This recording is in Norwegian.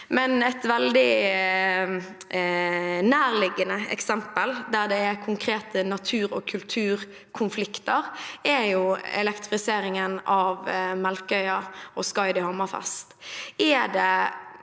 nærliggende eksempel der det er konkrete natur- og kulturkonflikter, er jo elektrifiseringen av Melkøya og Skaidi– Hammerfest.